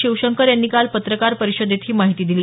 शिवशंकर यांनी काल पत्रकार परिषदेत ही माहिती दिली